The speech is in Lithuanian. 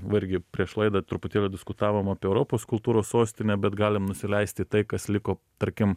va irgi prieš laidą truputėlį diskutavom apie europos kultūros sostinę bet galim nusileist į tai kas liko tarkim